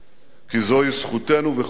כי זוהי זכותנו וחובתנו,